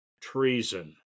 treason